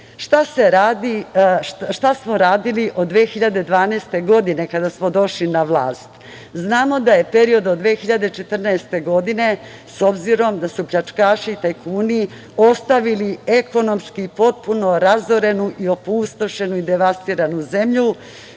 smo radili od 2012. godine, kada smo došli na vlast? Znamo da je period od 2014. godine, s obzirom da su pljačkaši i tajkuni ostavili ekonomski potpuno razorenu i opustošenu i devastiranu zemlju